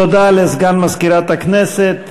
תודה לסגן מזכירת הכנסת.